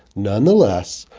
nonetheless,